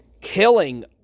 killing